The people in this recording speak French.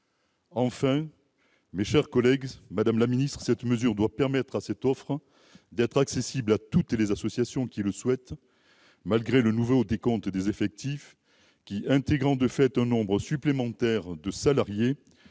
ministre, mes chers collègues, cette mesure doit permettre à cette offre d'être accessible à toutes les associations qui le souhaitent, malgré le nouveau décompte des effectifs. Ce dernier, intégrant de fait un nombre supplémentaire de salariés,